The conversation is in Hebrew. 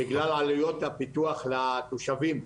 בגלל עלויות הפיתוח לתושבים,